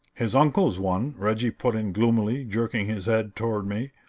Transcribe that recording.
his uncle's one, reggie put in gloomily, jerking his head toward me.